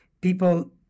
people